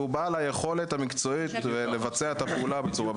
שהוא בעל היכולת המקצועית לבצע את הפעולה בצורה בטוחה.